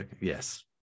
Yes